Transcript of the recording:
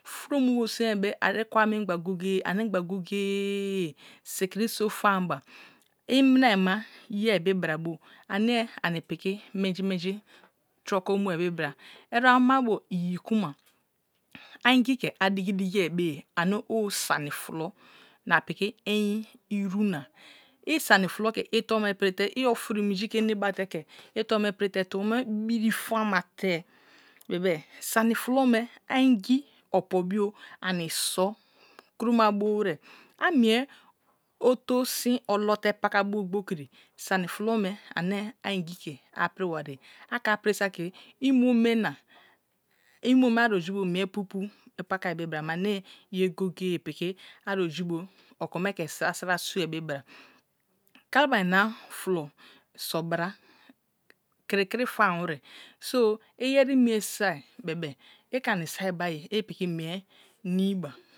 Furo me bobo simeai ari kwa mengba goye goye ani gba goye goyee sikiti so famba lovina ayi ma yei be boa bo mu ani piki menji menji troko mule be bra etebo ama bo ryi kuma anengi ke a digi digi beye ave own sani frulo na piki ery. Ite na i some free ke itro me pin te i ofin manji ke are bate he atoms me prite tons me biri fama te bebe sani farlo me a ingi opobio ani so kauroma bowise amie oto sin olo te pakabo gboi kri sour frulo me ane a ingi lae a priwaté a ke apri saki imo me na imo me aroju bu mire pupu paka be brame aneye goye goye piki aro ju bu otro me the sira sira sue bebra. kalaban na fallo subra kiri kiri fan were so nyen mie bo be ike ami so̱ be ayi ipiki mie nimi wa.